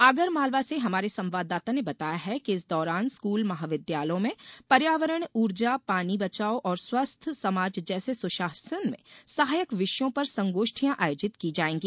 आगरमालवा से हमारे संवददाता ने बताया है कि इस दौरान स्कूल महाविद्यालयों में पर्यावरण ऊर्जा पानी बचाव और स्वस्थ समाज जैसे सुशासन में सहायक विषयों पर संगोष्ठियां आयोजित की जायेंगी